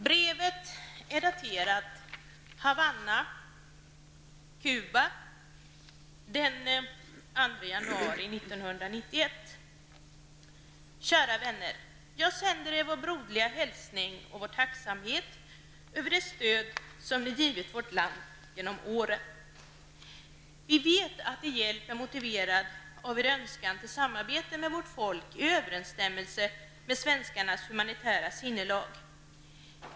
Brevet är daterat Havanna, Cuba, den 2 januari 1991. ''Kära vänner! Jag sänder er vår broderliga hälsning och vår tacksamhet över det stöd som ni givit vårt land genom åren. Vi vet att er hjälp är motiverad av er önskan till samarbete med vårt folk, i överensstämmelse med svenskarnas humanitära sinnelag.